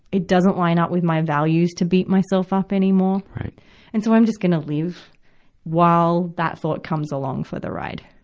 it doesn't line up with my values to beat myself up anymore. and so i'm just gonna live while that thought comes along for the ride,